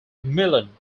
milan